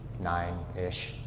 nine-ish